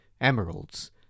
emeralds